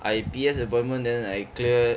I P_S appointment then I clear